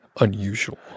unusual